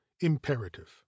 imperative